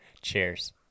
Cheers